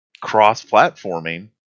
Cross-platforming